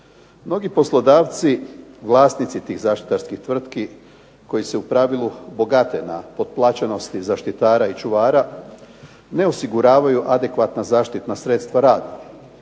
Mnogi poslodavci, vlasnici tih zaštitarskih tvrtki koji se u pravilu bogate na potplaćenosti zaštitara i čuvara ne osiguravaju adekvatna zaštitna sredstva radnika,